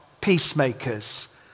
peacemakers